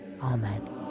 Amen